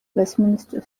westminster